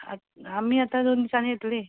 आतां आमी आतां दोन दिसांनी येतलीं